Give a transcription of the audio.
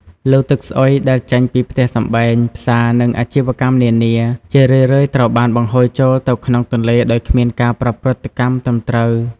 លូទឹកស្អុយដែលចេញពីផ្ទះសម្បែង ផ្សារ និងអាជីវកម្មនានា ជារឿយៗត្រូវបានបង្ហូរចូលទៅក្នុងទន្លេដោយគ្មានការប្រព្រឹត្តកម្មត្រឹមត្រូវ។